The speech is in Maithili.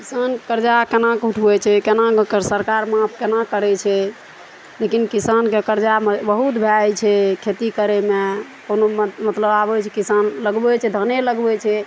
किसान कर्जा केनाके उठबै छै केना सरकार माफ केना करै छै लेकिन किसानके कर्जा बहुत भऽ जाइ छै खेती करयमे कोनो मतलब आबै छै किसान लगबै छै धाने लगबै छै